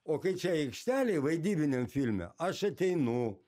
o kai čia aikštelėj vaidybiniam filme aš ateinu